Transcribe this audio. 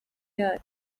yayo